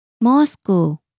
Moscow